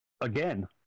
again